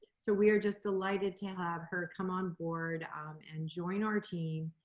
so we are just delighted to have her come on board and join our team,